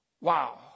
Wow